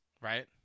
Right